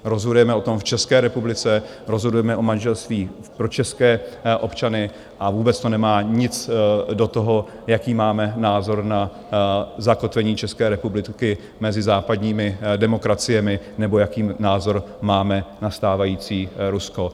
Rozhodujeme o tom v České republice, rozhodujeme o manželství pro české občany a vůbec to nemá nic do toho, jaký máme názor na zakotvení České republiky mezi západními demokraciemi nebo jaký názor máme na stávající Rusko.